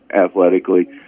athletically